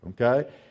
Okay